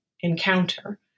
encounter